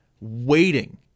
waiting